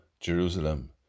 Jerusalem